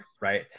Right